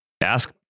ask